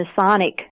Masonic